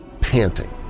panting